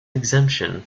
exemption